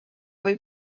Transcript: või